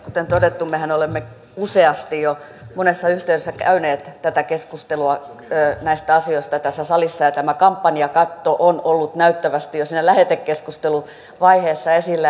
kuten todettu mehän olemme useasti jo monessa yhteydessä käyneet tätä keskustelua näistä asioista tässä salissa ja tämä kampanjakatto on ollut näyttävästi jo siinä lähetekeskusteluvaiheessa esillä